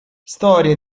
storie